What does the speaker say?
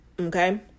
Okay